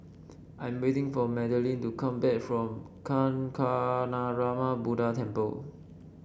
I'm waiting for Madelynn to come back from Kancanarama Buddha Temple